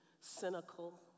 cynical